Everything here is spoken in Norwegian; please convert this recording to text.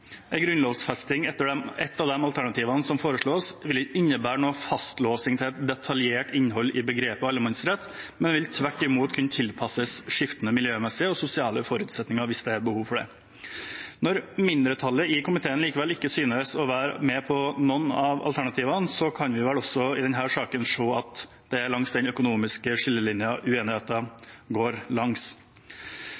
grunnlovfesting, som er ett av de alternativene som foreslås, ville ikke innebære noen fastlåsing til et detaljert innhold i begrepet «allemannsrett», men ville tvert imot kunne tilpasses skiftende miljømessige og sosiale forutsetninger hvis det er behov for det. Når mindretallet i komiteen likevel ikke synes å være med på noen av alternativene, kan vi vel også i denne saken se at det er langs den økonomiske